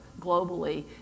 globally